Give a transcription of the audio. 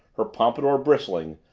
her pompadour bristling,